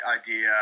idea